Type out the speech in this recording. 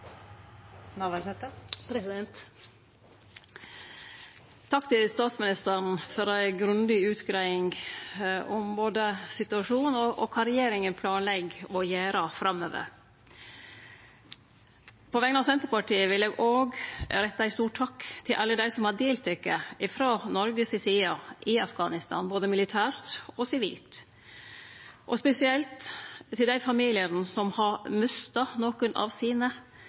Takk til statsministeren for ei grundig utgreiing om både situasjonen og kva regjeringa planlegg å gjere framover. På vegner av Senterpartiet vil eg òg rette ein stor takk til alle dei som har delteke frå Noregs side i Afghanistan, både militært og sivilt, og spesielt til dei familiane som har mista nokon av sine